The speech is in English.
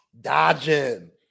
dodging